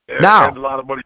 Now